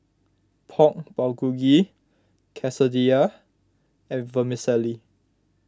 Pork Bulgogi Quesadillas and Vermicelli